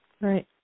Right